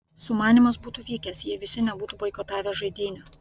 sumanymas būtų vykęs jei visi nebūtų boikotavę žaidynių